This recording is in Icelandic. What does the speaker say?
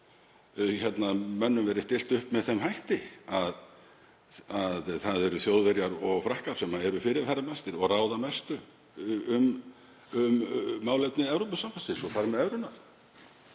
mönnum verið stillt upp með þeim hætti að það eru Þjóðverjar og Frakkar sem eru fyrirferðarmestir og ráða mestu um málefni Evrópusambandsins og hafa farið með evruna.